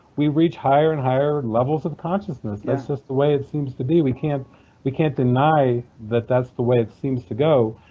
we reach higher and higher levels of consciousness, that's just the way it seems to be we can't can't deny that that's the way it seems to go.